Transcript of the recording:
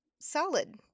solid